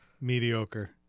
mediocre